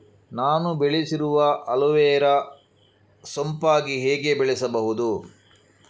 ನಾನು ಬೆಳೆಸಿರುವ ಅಲೋವೆರಾ ಸೋಂಪಾಗಿ ಹೇಗೆ ಬೆಳೆಸಬಹುದು?